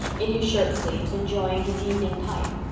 in his shirt sleeves, enjoying his evening pipe.